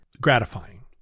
gratifying